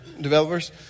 developers